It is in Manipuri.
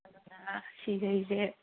ꯑꯗꯨꯅ ꯁꯤꯒꯩꯁꯦ